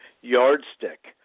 yardstick